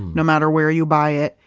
no matter where you buy it,